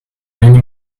many